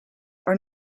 are